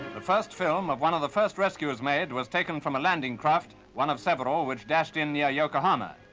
the first film of one of the first rescues made was taken from a landing craft, one of several, which dashed in near yokohama.